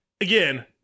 again